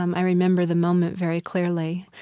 um i remember the moment very clearly.